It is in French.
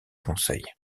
conseil